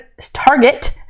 target